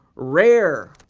rare.